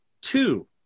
two